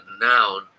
noun